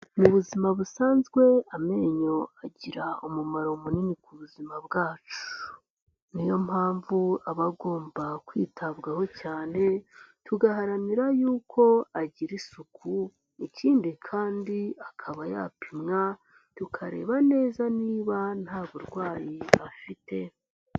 Mu buzima busanzwe amenyo agira umumaro munini ku buzima bwacu, niyo mpamvu aba agomba kwitabwaho cyane, tugaharanira yuko agira isuku ikindi kandi akaba yapimwa tukareba neza niba nta burwayi afite.